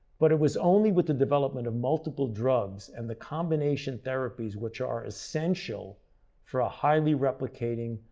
but it was only with the development of multiple drugs and the combination therapies which are essential for a highly-replicating,